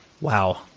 Wow